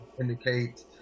indicate